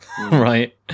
right